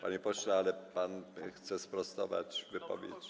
Panie pośle, ale pan chce sprostować wypowiedź?